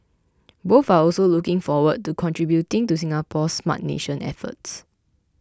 both are also looking forward to contributing to Singapore's Smart Nation efforts